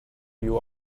you